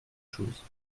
chose